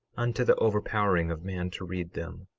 unto the overpowering of man to read them.